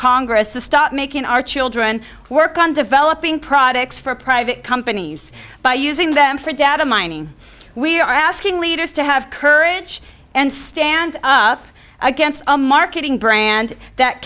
congress to stop making our children work on developing products for private companies by using them for data mining we are asking leaders to have courage and stand up against a marketing brand that